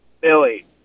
Billy